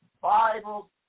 Bible